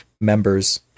members